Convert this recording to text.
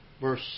verse